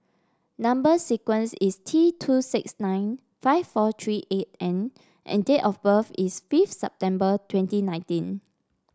number sequence is T two six nine five four three eight N and date of birth is fifth September twenty nineteen